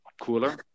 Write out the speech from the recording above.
cooler